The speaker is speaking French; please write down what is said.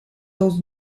dans